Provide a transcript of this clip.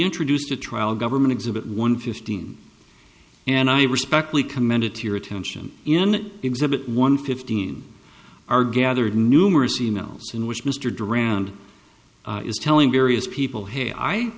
introduced the trial government exhibit one fifteen and i respectfully commend it to your attention in exhibit one fifteen are gathered numerous e mails in which mr drowned is telling various people hey i